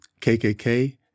KKK